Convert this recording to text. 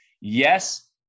Yes